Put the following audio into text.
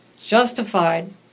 justified